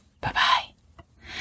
Bye-bye